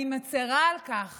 אני מצירה על כך